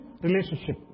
relationship